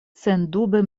sendube